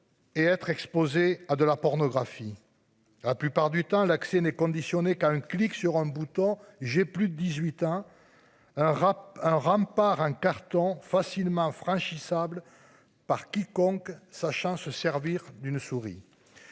Et être exposés à de la pornographie ah plupart du temps l'accès n'est conditionné qu'à un clic sur un bouton. J'ai plus de 18 hein. Un rap un rempart un carton facilement franchissable par quiconque sachant se servir d'une souris.